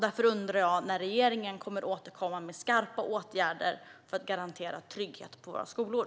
När kommer regeringen att återkomma med skarpa åtgärder för att garantera trygghet på våra skolor?